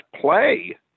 play